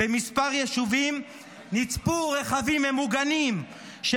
במספר יישובים נצפו רכבים ממוגנים של